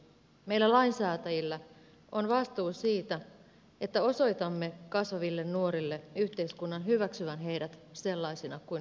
meillä lainsäätäjillä on vastuu siitä että osoitamme kasvaville nuorille yhteiskunnan hyväksyvän heidät sellaisina kuin he ovat